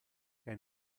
que